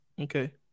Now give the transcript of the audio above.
Okay